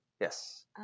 Yes